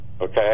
okay